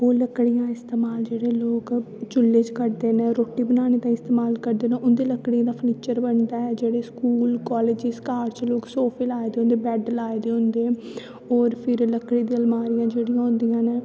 ओह् लकड़ियां इस्तेमाल जेह्ड़े लोग चुल्हे च करदे न रोटी बनाने ताईं इस्तेमाल करदे न उं'दा लकड़ी दा फर्नीचर बनदा ऐ जेह्ड़ी स्कूल कालेजिस घर च लोक सोफे लाए दे होंदे बैड्ड लाए दे होंदे होर फिर लक्कड़ी दी अलमारियां जेह्ड़ियां होंदियां न